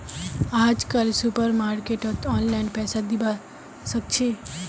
आजकल सुपरमार्केटत ऑनलाइन पैसा दिबा साकाछि